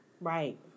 right